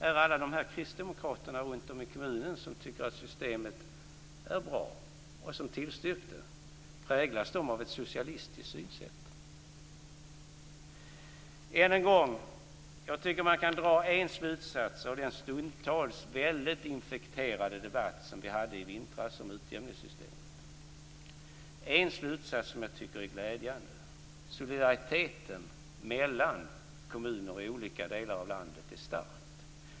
Är alla de kristdemokrater runtom i kommunerna som tycker att systemet är bra och som tillstyrkt det präglade av ett socialistiskt synsätt? Än en gång vill jag säga att jag tycker att man kan dra en slutsats av den stundtals väldigt infekterade debatt som vi hade i vintras om utjämningssystemet. Det är en slutsats som jag tycker är glädjande. Solidariteten mellan kommuner i olika delar av landet är stark.